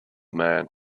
man